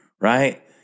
right